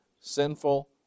sinful